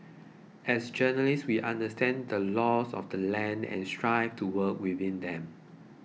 as journalists we understand the laws of the land and strive to work within them